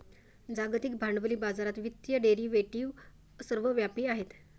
जागतिक भांडवली बाजारात वित्तीय डेरिव्हेटिव्ह सर्वव्यापी आहेत